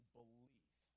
belief